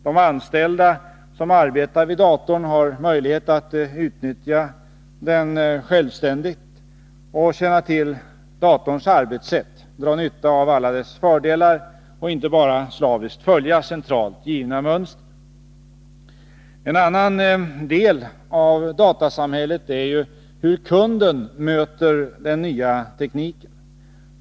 De anställda som arbetar vid datorn har möjlighet att utnyttja den självständigt och känna till datorns arbetssätt, dra nytta av alla dess fördelar och inte bara slaviskt följa centralt givna mönster. En annan del av datasamhället gäller problemet hur kunden möter den nya tekniken.